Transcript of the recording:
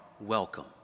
welcome